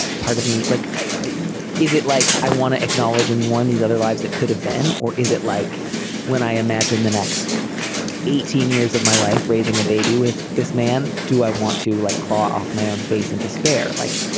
ah part of me like is it like i want to acknowledge and warn these other lives that could have been or is it like when i imagine the next eighteen years of my life raising a baby with this man. do i want to like claw off my own face in despair like